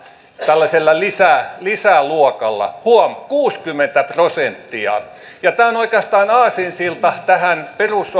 tällaisella lisäluokalla huom kuusikymmentä prosenttia tämä on oikeastaan aasinsilta tähän